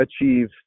achieve